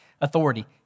authority